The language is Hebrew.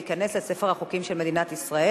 והחוק ייכנס לספר החוקים של מדינת ישראל.